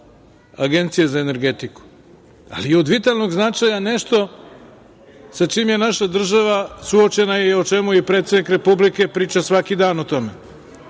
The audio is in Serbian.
Agencije za energetiku, ali je od vitalnog značaja nešto sa čim je naša država suočena i o čemu predsednik Republike priča svaki dan, a to